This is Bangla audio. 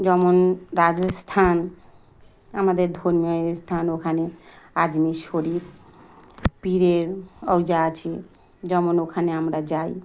যেমন রাজস্থান আমাদের ধর্মীয় স্থান ওখানে আজমির শরীফ পীরের ওই যে আছে যেমন ওখানে আমরা যাই